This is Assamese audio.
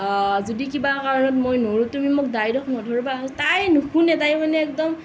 যদি কিবা কাৰণত মই নোৱাৰোঁ তুমি মোক দায় দোষ নধৰিবা তাই নুশুনে তাই মানে একদম